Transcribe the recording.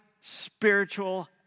spiritual